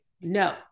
no